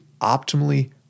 optimally